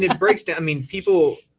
breaks down. i mean, people,